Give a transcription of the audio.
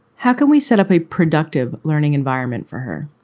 how can we set up a productive learning environment for her?